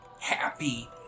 happy